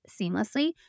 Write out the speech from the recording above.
seamlessly